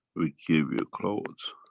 we gave you clothes